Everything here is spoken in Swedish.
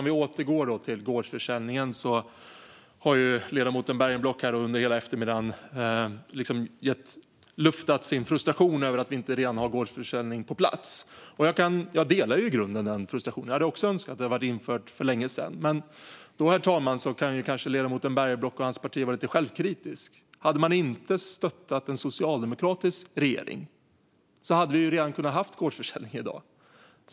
För att återgå till gårdsförsäljningen har ledamoten Bergenblock under hela eftermiddagen luftat sin frustration över att vi inte redan har gårdsförsäljning på plats. Jag delar i grunden denna frustration. Jag hade också önskat att det hade blivit infört för länge sedan. Men ledamoten Bergenblock och hans parti kan kanske vara lite självkritiska. Hade de inte stöttat en socialdemokratisk regering hade vi redan kunnat ha gårdsförsäljning.